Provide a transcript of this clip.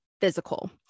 physical